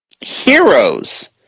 Heroes